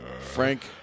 Frank